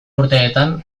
urteetan